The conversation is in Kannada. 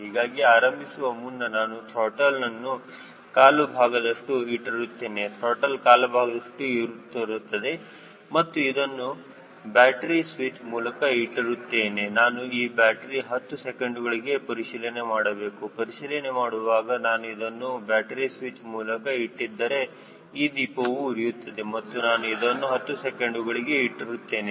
ಹೀಗಾಗಿ ಆರಂಭಿಸುವ ಮುನ್ನ ನಾನು ತ್ರಾಟಲ್ ನನ್ನ ಕಾಲು ಭಾಗದಷ್ಟು ಇಟ್ಟಿರುತ್ತೇನೆ ತ್ರಾಟಲ್ ಕಾಲು ಭಾಗದಷ್ಟು ಇರುತ್ತದೆ ಮತ್ತು ಇದನ್ನು ಬ್ಯಾಟರಿ ಸ್ವಿಚ್ ಮೂಲಕ ಇಟ್ಟಿರುತ್ತೇನೆ ನಾನು ಈ ಬ್ಯಾಟರಿ 10 ಸೆಕೆಂಡುಗಳಿಗೆ ಪರಿಶೀಲನೆ ಮಾಡಬೇಕು ಪರೀಕ್ಷೆ ಮಾಡುವಾಗ ನಾನು ಇದನ್ನು ಬ್ಯಾಟರಿ ಸ್ವಿಚ್ ಮೂಲಕ ಇಟ್ಟಿದ್ದರೆ ಈ ದೀಪವು ಉರಿಯುತ್ತದೆ ಮತ್ತು ನಾನು ಇದನ್ನು 10 ಸೆಕೆಂಡುಗಳಿಗೆ ಇಟ್ಟಿರುತ್ತೇನೆ